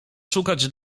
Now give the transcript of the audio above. szukać